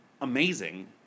amazing